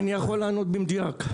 אני יכול לענות במדויק.